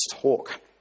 talk